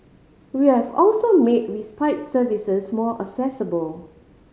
we have also made respite services more accessible